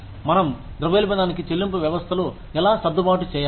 మనం ద్రవ్యోల్బణానికి చెల్లింపు వ్యవస్థలు ఎలా సర్దుబాటు చేయాలి